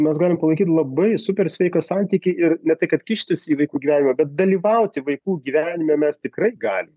mes galim palaikyt labai super sveiką santykį ir ne tai kad kištis į vaikų gyvenimą bet dalyvauti vaikų gyvenime mes tikrai galim